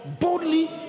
boldly